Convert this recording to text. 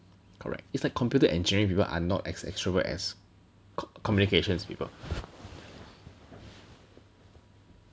correct it's like computer engineering people are not as extrovert as communications people